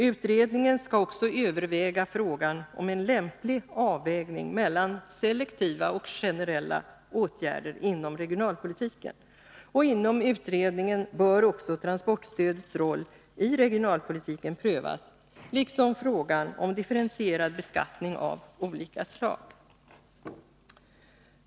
Utredningen skall också överväga frågan om en lämplig avvägning mellan selektiva och generella åtgärder inom regionalpolitiken. Inom utredningen bör också transportstödets roll i regionalpolitiken prövas, liksom frågan om differentierad beskattning av olika slag.